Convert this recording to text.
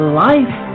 life